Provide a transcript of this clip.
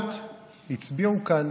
לפחות הצביעו כאן